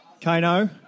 Kano